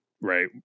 right